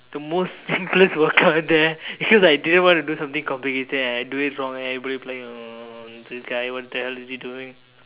the most simplest workout there because I didn't want to do something complicated and I do this wrong then everybody will be this guy what the hell is he doing